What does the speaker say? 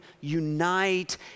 unite